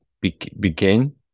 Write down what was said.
begin